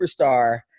superstar